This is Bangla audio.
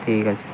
ঠিক আছে